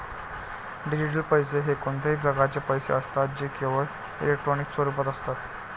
digital पैसे हे कोणत्याही प्रकारचे पैसे असतात जे केवळ इलेक्ट्रॉनिक स्वरूपात असतात